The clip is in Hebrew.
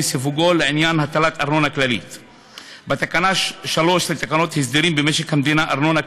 וכי שר האוצר ושר הפנים יקבעו בתקנות את סוג הנכסים,